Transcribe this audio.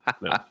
No